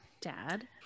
Dad